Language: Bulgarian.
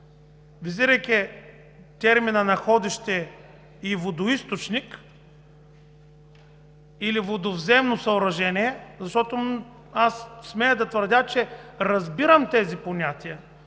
визирайки термините „находище“, „водоизточник“ или „водовземно съоръжение“… Смея да твърдя, че разбирам тези понятия,